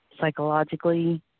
psychologically